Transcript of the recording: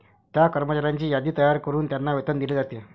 त्या कर्मचाऱ्यांची यादी तयार करून त्यांना वेतन दिले जाते